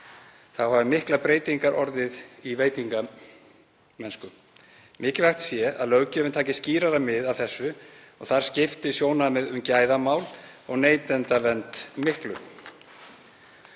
Þá hafi miklar breytingar orðið í veitingamennsku. Mikilvægt sé að löggjöfin taki skýrara mið af þessu og þar skipti sjónarmið um gæðamál og neytendavernd miklu.